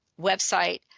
website